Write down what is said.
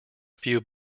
few